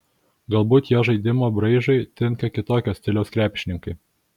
galbūt jo žaidimo braižui tinka kitokio stiliaus krepšininkai